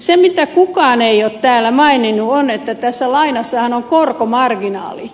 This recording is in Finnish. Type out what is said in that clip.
se mitä kukaan ei ole täällä maininnut on että tässä lainassahan on korkomarginaali